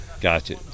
gotcha